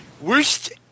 Worst